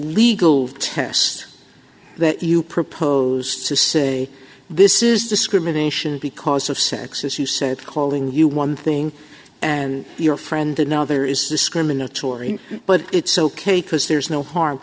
legal test that you propose to say this is discrimination because of sex as you said calling you one thing and your friend another is discriminatory but it's ok cause there's no harm